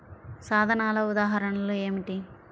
సాధనాల ఉదాహరణలు ఏమిటీ?